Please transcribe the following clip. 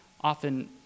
often